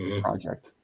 project